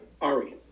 Ari